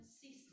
cease